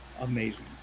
Amazing